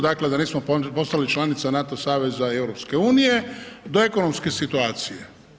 Dakle, da nismo postali članica NATO saveza i EU do ekonomske situacije.